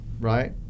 right